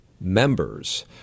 members